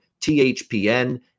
THPN